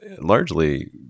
largely